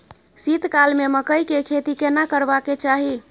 शीत काल में मकई के खेती केना करबा के चाही?